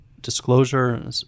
disclosure